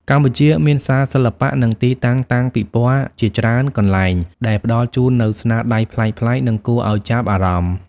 កម្ពុជាមានសាលសិល្បៈ និងទីតាំងតាំងពិពណ៌ជាច្រើនកន្លែង ដែលផ្តល់ជូននូវស្នាដៃប្លែកៗ និងគួរឲ្យចាប់អារម្មណ៍។